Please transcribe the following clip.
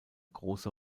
große